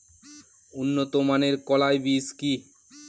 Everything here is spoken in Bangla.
উন্নত মানের কলাই বীজ কি?